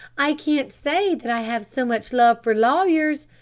i can't say that i have so much love for lawyers